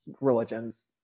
Religions